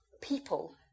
people